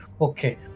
okay